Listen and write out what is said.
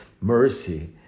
mercy